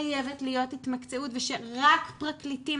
חייבת להיות התמקצעות ושרק פרקליטים,